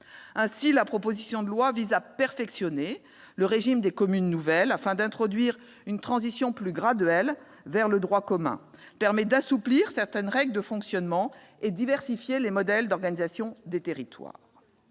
Ainsi, la proposition de loi vise à perfectionner le régime des communes nouvelles afin d'introduire une transition plus graduelle vers le droit commun, à assouplir certaines règles de fonctionnement et à diversifier les modèles d'organisation des territoires.